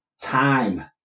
time